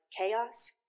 chaos